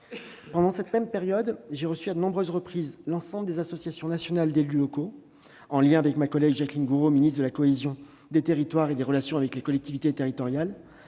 Pendant cette même période, j'ai reçu à de nombreuses reprises l'ensemble des associations nationales d'élus, en lien avec ma collègue Jacqueline Gourault, ministre de la cohésion des territoires et des relations avec les collectivités territoriales.